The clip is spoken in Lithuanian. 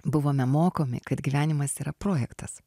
buvome mokomi kad gyvenimas yra projektas